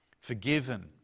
forgiven